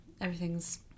everything's